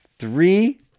three